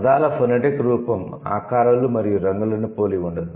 పదాల 'ఫొనెటిక్ రూపం' ఆకారాలు మరియు రంగులను పోలి ఉండదు